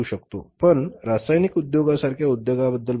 पण रासायनिक उद्योगासारख्या उद्योगांबद्दल बोला